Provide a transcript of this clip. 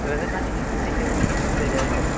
present నాకు history chemistry రెండు తెలియాలి సార్